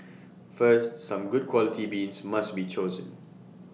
first some good quality beans must be chosen